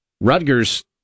Rutgers